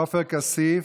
עופר כסיף,